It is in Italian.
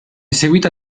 seguita